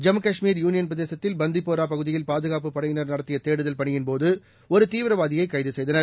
Jammu Kashmir union பிரதேசத்தில் பந்திப்பூரா பகுதியில் பாதுகாப்புப் படையினர் நடத்திய தேடுதல் பணியின்போது ஒரு தீவிரவாதியை கைது செய்தனர்